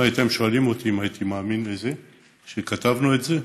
אם הייתם שואלים אותי אם הייתי מאמין לזה כשכתבנו את זה,